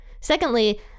secondly